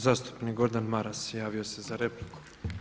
Zastupnik Gordan Maras javio se za repliku.